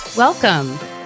Welcome